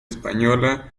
española